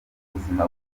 buzima